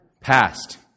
Past